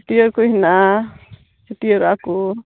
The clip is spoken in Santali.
ᱪᱷᱟᱹᱴᱭᱟᱹᱨ ᱠᱚ ᱦᱮᱱᱟᱜᱼᱟ ᱪᱷᱟᱹᱴᱭᱟᱹᱨᱚᱜ ᱟᱠᱚ